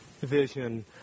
vision